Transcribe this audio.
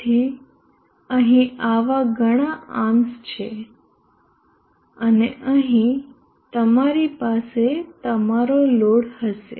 તેથી અહી આવા ઘણા આર્મ્સ છે અને અહીં તમારી પાસે તમારો લોડ હશે